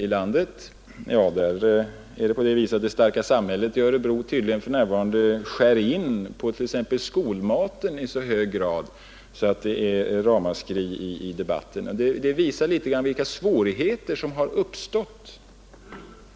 i landet. Där drar det starka samhället tydligen in på exempelvis skolmaten i så hög grad att det blir ramaskrin i debatten. Det visar litet vilka svårigheter som uppstått.